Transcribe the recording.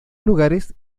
lugares